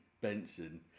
Benson